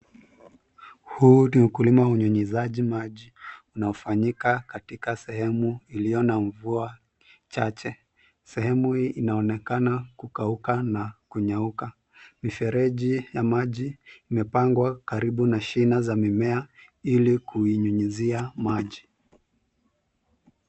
Huu ni ukulima wa unyunyizaji maji unaofanyika katika sehemu iliyo na mvua chache. Sehemu hii inaonekana kukauka na kunyauka. Mifereji ya maji imepangwa karibu na shina za mimea ili kuinyunyizia maji.